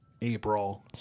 April